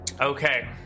Okay